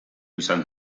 izan